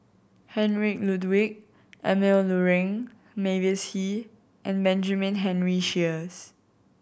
Heinrich Ludwig Emil Luering Mavis Hee and Benjamin Henry Sheares